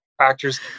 Actors